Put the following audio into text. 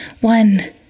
One